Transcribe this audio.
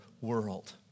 world